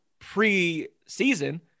pre-season